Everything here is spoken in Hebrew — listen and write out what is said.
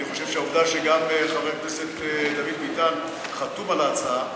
אני חושב שהעובדה שגם חבר הכנסת דוד ביטן חתום על ההצעה,